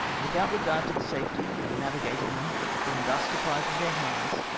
without regard to the safety of navigating them when thus deprived of their hands,